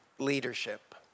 leadership